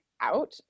out